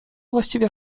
właściwie